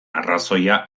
arrazoia